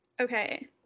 Okay